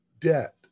debt